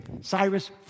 Cyrus